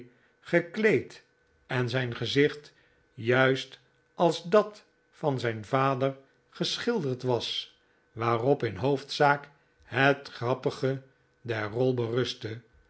gekleed en zijn gezicht juist als dat van zijn vader geschilderd was waarop in hoofdzaak het grappige